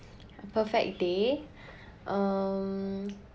a perfect day um